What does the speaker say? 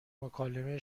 مکالمه